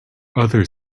other